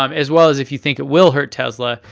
um as well as if you think it will hurt tesla,